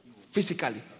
physically